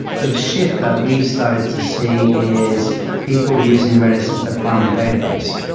the shift that we started to see is people using redis as the primary database.